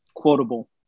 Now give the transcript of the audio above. quotable